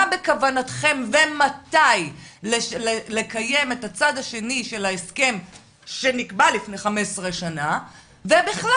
מה בכוונתכם ומתי לקיים את הצד השני של ההסכם שנקבע לפני 15 שנה ובכלל,